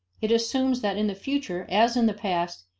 it assumes that in the future, as in the past,